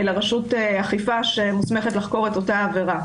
אכיפה שמוסמכת לחקור את אותה עבירה.